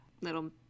little